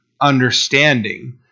understanding